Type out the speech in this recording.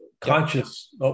conscious